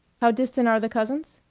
how distant are the cousins?